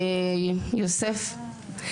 יוסף,